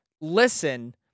listen